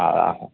ആ ആ ആ